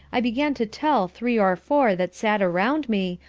i began to tell three or four that sat around me,